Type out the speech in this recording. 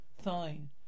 Fine